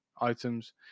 items